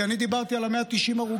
כי אני דיברתי על 190 ההרוגים,